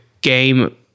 game